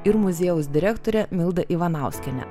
ir muziejaus direktorė milda ivanauskiene